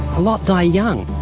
a lot die young.